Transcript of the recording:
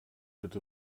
bitte